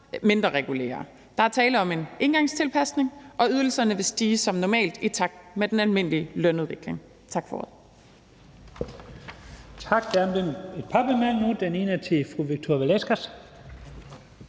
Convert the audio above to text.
mindreregulering. Der er tale om en engangstilpasning, og ydelserne vil stige som normalt i takt med den almindelige lønudvikling. Tak for ordet.